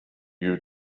you